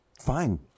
Fine